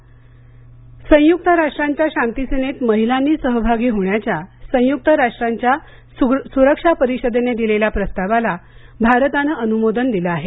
संयुक्त राष्ट्रे सुरक्षा परिषद संयुक्त राष्ट्रांच्या शांतीसेनेत महिलांनी सहभागी होण्याच्या संयुक्त राष्ट्रांच्या सुरक्षा परिषदेने दिलेल्या प्रस्तावाला भारताने अनुमोदन दिलं आहे